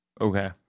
Okay